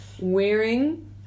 wearing